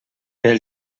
pel